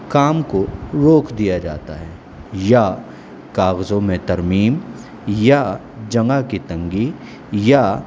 کام کو روک دیا جاتا ہے یا کاغذوں میں ترمیم یا جگہ کی تنگی یا